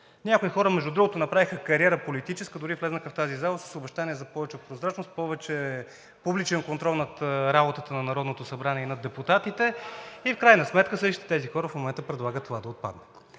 Някои хора, между другото, направиха политическа кариера, дори влезнаха в тази зала с обещания за повече прозрачност, повече публичен контрол над работата на Народното събрание и над депутатите и в крайна сметка същите тези хора в момента предлагат това да отпадне.